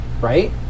right